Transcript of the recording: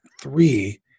three